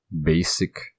basic